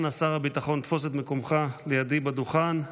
אנא, שר הביטחון, תפוס את מקומך לידי בדוכן.